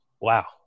wow